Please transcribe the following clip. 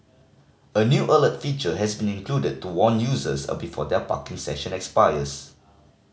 a new alert feature has been included to warn users of before their parking session expires